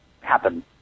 happen